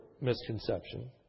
misconception